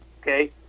okay